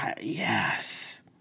Yes